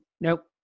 nope